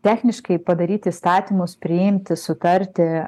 techniškai padaryti įstatymus priimti sutarti